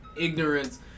ignorance